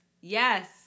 Yes